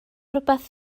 rhywbeth